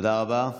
תודה רבה.